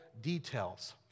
details